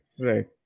right